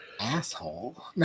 asshole